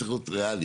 צריך להיות ריאלי,